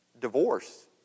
divorce